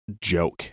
joke